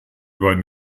beiden